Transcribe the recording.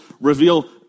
reveal